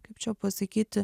kaip čia pasakyti